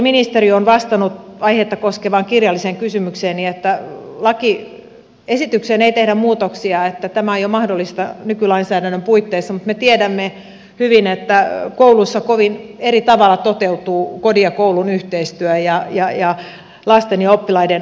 opetusministeri on vastannut aihetta koskevaan kirjalliseen kysymykseeni että lakiesitykseen ei tehdä muutoksia että tämä on mahdollista jo nykylainsäädännön puitteissa mutta me tiedämme hyvin että kouluissa kovin eri tavalla toteutuvat kodin ja koulun yhteistyö ja lasten ja oppilaiden osallisuus